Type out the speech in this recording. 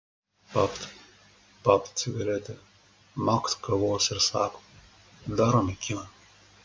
papt papt cigaretę makt kavos ir sako darome kiną